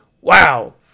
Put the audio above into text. Wow